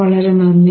വളരെ നന്ദി